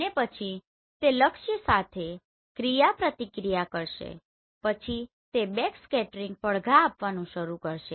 અને પછી તે લક્ષ્ય સાથે ક્રિયાપ્રતિક્રિયા કરશે પછી તે બેકસ્કેટરિંગ પડઘા આપવાનું શરૂ કરશે